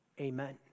amen